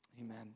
Amen